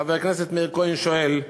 חבר הכנסת מאיר כהן שואל: